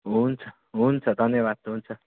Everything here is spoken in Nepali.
हुन्छ हुन्छ धन्यवाद हुन्छ